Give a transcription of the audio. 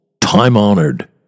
time-honored